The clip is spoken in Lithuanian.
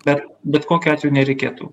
bet bet kokiu atveju nereikėtų